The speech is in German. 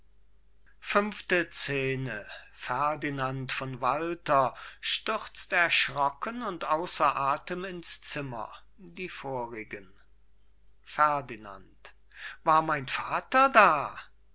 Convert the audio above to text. fünfte scene ferdinand von walter stürzt erschrocken und außer athem ins zimmer die vorigen ferdinand war mein vater da